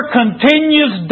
continues